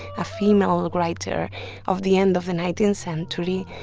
a female writer of the end of the nineteenth century.